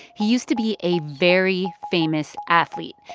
he used to be a very famous athlete,